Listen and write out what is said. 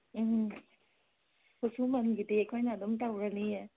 ꯎꯝ ꯈꯨꯠꯁꯨꯃꯟꯒꯤꯗꯤ ꯑꯩꯈꯣꯏꯅ ꯑꯗꯨꯝ ꯇꯧꯔꯅꯤꯌꯦ